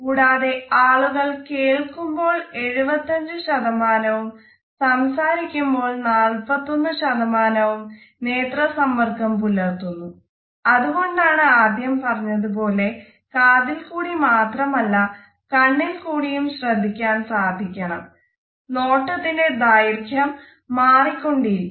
കൂടാതെ ആളുകൾ കേൾക്കുമ്പോൾ 75വും സംസാരിക്കുമ്പോൾ 41 വും നേത്ര സമ്പർക്കം പുലർത്തുന്നു അത് കൊണ്ടാണ് ആദ്യം പറഞ്ഞത് പോലെ കാതിൽ കൂടി മാത്രമല്ല കണ്ണിൽ കൂടിയും ശ്രദ്ധിക്കാൻ സാധിക്കണം നോട്ടത്തിന്റെ ദൈർഖ്യം മാറിക്കൊണ്ടിരിക്കും